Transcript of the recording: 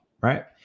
right